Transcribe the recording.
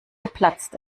geplatzt